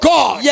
God